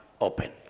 open